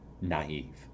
naive